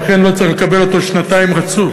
ולכן לא צריך לקבל אותו שנתיים רצוף.